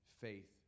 faith